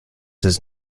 does